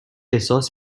احساس